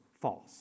false